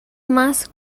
más